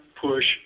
push